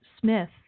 Smith